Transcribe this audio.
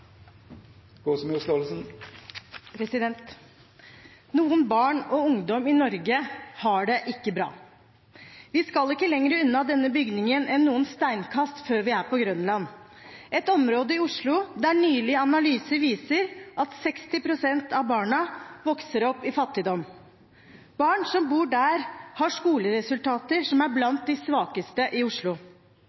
Noen barn og ungdom i Norge har det ikke bra. Vi skal ikke lenger unna denne bygningen enn noen steinkast før vi er på Grønland, et område i Oslo der nylige analyser viser at 60 pst. av barna vokser opp i fattigdom. Barn som bor der, har skoleresultater som er blant de svakeste i Oslo.